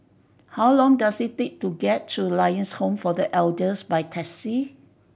how long does it take to get to Lions Home for The Elders by taxi